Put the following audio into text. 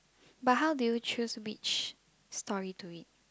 but how do you choose which story to read